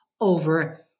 over